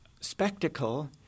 spectacle